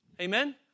Amen